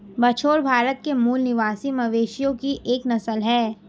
बछौर भारत के मूल निवासी मवेशियों की एक नस्ल है